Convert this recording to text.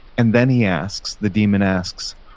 and then he asks, the demon asks,